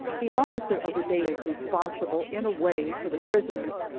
the officer of the day is responsible, in a way, for the prisoners,